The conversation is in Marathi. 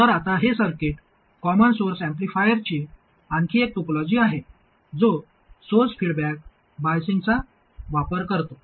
तर आता हे सर्किट कॉमन सोर्स ऍम्प्लिफायरची आणखी एक टोपोलॉजी आहे जो सोर्स फीडबॅक बाईसिंगचा वापर करतो